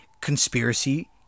conspiracy